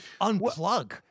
unplug